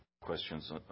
questions